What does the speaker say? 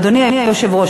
אדוני היושב-ראש,